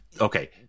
Okay